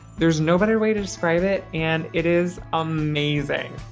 there's no better way to describe it and it is amazing.